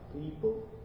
people